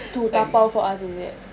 to dabao for us is it